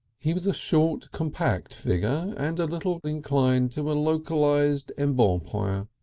he was a short, compact figure, and a little inclined to a localised embonpoint.